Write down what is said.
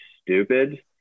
stupid